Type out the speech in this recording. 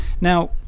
now